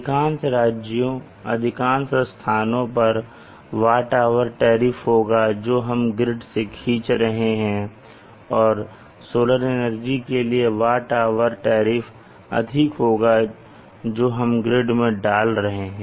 अधिकांश राज्यों और अधिकांश स्थानों पर वाट आवर टैरिफ होगा जो हम ग्रिड से खींच रहे हैं और सोलर एनर्जी के लिए वाट आवर टैरिफ अधिक होगा जो हम ग्रिड में डाल रहे हैं